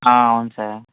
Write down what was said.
అవును సార్